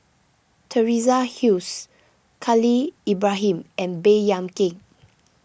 Teresa Khalil Ibrahim and Baey Yam Keng